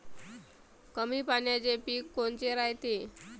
कमी पाण्याचे पीक कोनचे रायते?